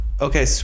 okay